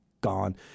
gone